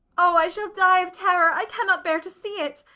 oh, i shall die of terror. i cannot bear to see it.